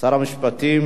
שר המשפטים,